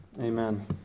Amen